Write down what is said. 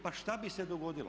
Pa što bi se dogodilo?